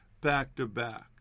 back-to-back